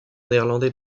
néerlandais